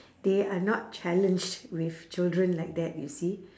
they are not challenged with children like that you see